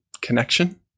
connection